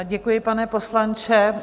Děkuji, pane poslanče.